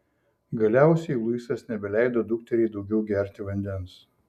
galiausiai luisas nebeleido dukteriai daugiau gerti vandens